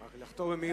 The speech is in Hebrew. אבל לחתור במהירות.